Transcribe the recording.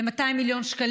לזה התכוונתי לפני שתי